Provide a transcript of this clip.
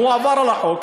אם הוא עבר על החוק,